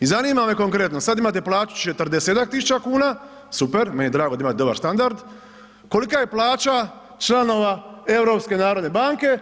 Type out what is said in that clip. i zanima me konkretno, sad imate plaću 40-ak tisuća kuna, super, meni je drago da imate dobar standard, kolika je plaća članova Europske narodne banke?